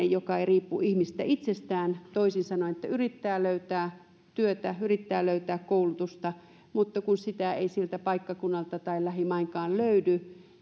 joka ei riipu ihmisestä itsestään toisin sanoen että yrittää löytää työtä yrittää löytää koulutusta kun sitä ei siltä paikkakunnalta tai lähimainkaan löydy